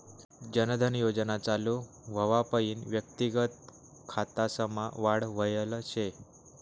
जन धन योजना चालू व्हवापईन व्यक्तिगत खातासमा वाढ व्हयल शे